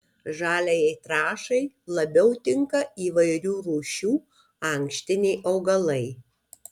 žaliajai trąšai labiau tinka įvairių rūšių ankštiniai augalai